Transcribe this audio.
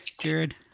Jared